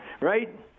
right